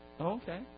Okay